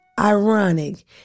ironic